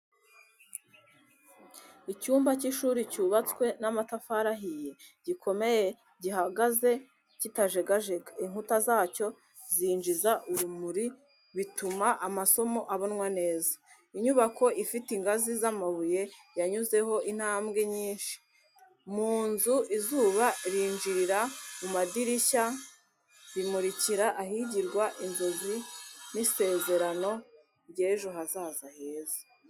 Icyumba cy’ishuri cyubatswe n’amatafari ahiye, gikomeye gihagaze kitajegajega, inkuta zacyo zinjiza urumuri bituma amasomo abonwa neza. Inyubako ifite ingazi z’amabuye, yanyuzeho intambwe nyinshi. Mu nzu, izuba rinjirira mu madirishya, rimurikira ahigirwa, inzozi n’isezerano ry’ejo hazaza heza.